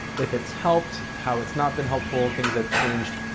if it's helped, how it's not been helpful, things that changed.